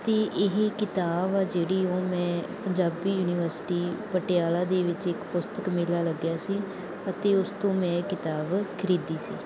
ਅਤੇ ਇਹ ਕਿਤਾਬ ਆ ਜਿਹੜੀ ਉਹ ਮੈਂ ਪੰਜਾਬੀ ਯੂਨੀਵਰਸਿਟੀ ਪਟਿਆਲਾ ਦੇ ਵਿੱਚ ਇੱਕ ਪੁਸਤਕ ਮੇਲਾ ਲੱਗਿਆ ਸੀ ਅਤੇ ਉਸ ਤੋਂ ਮੈਂ ਇਹ ਕਿਤਾਬ ਖਰੀਦੀ ਸੀ